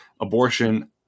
abortion